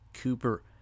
Cooper